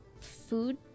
food